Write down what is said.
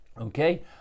Okay